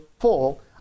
full